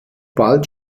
bald